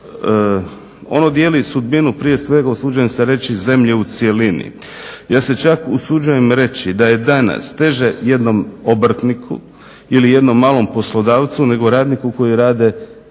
Ono dijeli sudbinu prije svega usuđujem se reći zemlje u cjelini. Ja se čak usuđujem reći da je danas teže jednom obrtniku ili jednom malom poslodavcu nego radniku koji rade